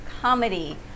comedy